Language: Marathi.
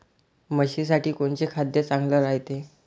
म्हशीसाठी कोनचे खाद्य चांगलं रायते?